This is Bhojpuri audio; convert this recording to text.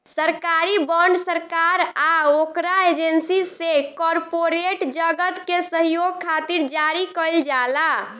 सरकारी बॉन्ड सरकार आ ओकरा एजेंसी से कॉरपोरेट जगत के सहयोग खातिर जारी कईल जाला